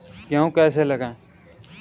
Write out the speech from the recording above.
गेहूँ कैसे लगाएँ?